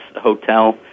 Hotel